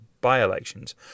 by-elections